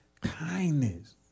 kindness